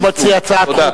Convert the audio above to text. תודה.